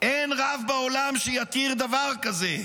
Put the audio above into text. "אין רב בעולם שיתיר עלייה להר בית",